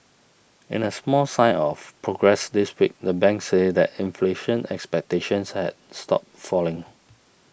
in a small sign of progress this week the bank said that inflation expectations had stopped falling